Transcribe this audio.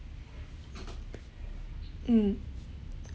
mm